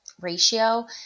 ratio